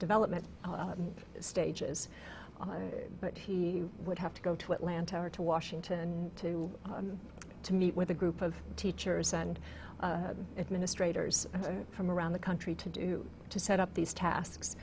development stages but he would have to go to atlanta or to washington to to meet with a group of teachers and administrators from around the country to do to set up these tasks